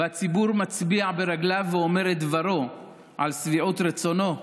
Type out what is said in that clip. והציבור מצביע ברגליו ואומר את דברו על שביעות רצונו,